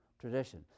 tradition